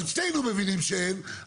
אז שנינו מבינים שאין,